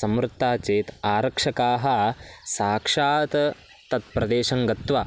समृत्ता चेत् आरक्षकाः साक्षात् तत्प्रदेशं गत्वा